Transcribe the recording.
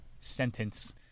sentence